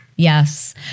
Yes